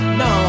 no